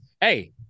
hey